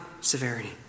severity